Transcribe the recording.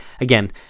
Again